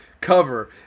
Cover